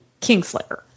Kingslayer